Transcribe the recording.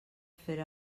fer